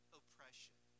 oppression